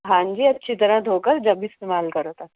ہان جی اچھی طرح دھو کر جبھی استعمال کرا تھا